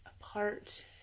apart